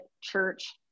church